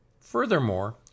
Furthermore